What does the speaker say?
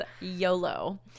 YOLO